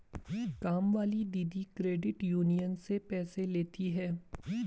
कामवाली दीदी credit union से पैसे लेती हैं